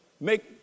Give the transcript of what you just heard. make